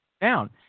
down